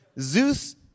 Zeus